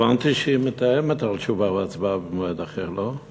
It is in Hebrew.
הבנתי שהיא מתאמת תשובה והצבעה במועד אחר, לא?